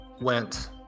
went